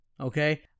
Okay